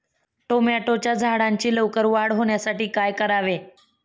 टोमॅटोच्या झाडांची लवकर वाढ होण्यासाठी काय करावे?